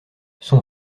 son